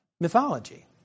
mythology